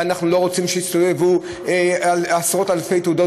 ואנחנו לא רוצים שיסתובבו עשרות אלפי תעודות